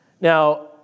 Now